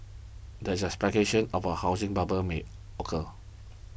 there is a speculation of a housing bubble may occur